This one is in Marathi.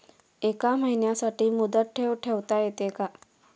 एका महिन्यासाठी मुदत ठेव ठेवता येते का?